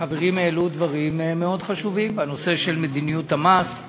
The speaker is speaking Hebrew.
חברים העלו דברים מאוד חשובים בנושא של מדיניות המס,